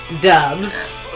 dubs